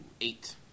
eight